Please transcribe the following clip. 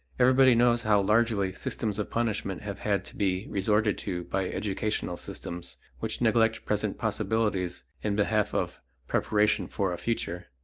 everybody knows how largely systems of punishment have had to be resorted to by educational systems which neglect present possibilities in behalf of preparation for a future.